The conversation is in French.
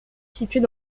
située